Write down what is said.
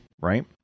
right